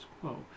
quo